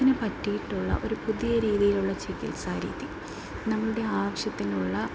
അതിനു പറ്റിയിട്ടുള്ള ഒരു പുതിയ രീതിയിലുള്ള ചികിത്സാ രീതി നമ്മളുടെ ആവശ്യത്തിനുള്ള